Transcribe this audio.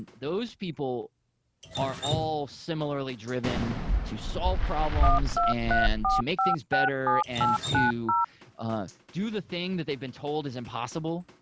and those people are all similarly driven to solve problems and to make things better and to do the thing that they've been told is impossible.